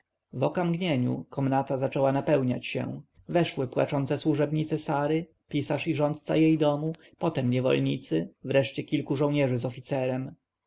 okamgnieniu komnata zaczęła napełniać się weszły płacząc służebnice sary pisarz i rządca jej domu potem niewolnicy wreszcie kilku żołnierzy z oficerem